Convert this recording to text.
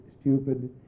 stupid